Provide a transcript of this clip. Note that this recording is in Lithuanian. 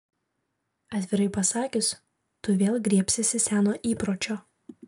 atvirai pasakius tu vėl griebsiesi seno įpročio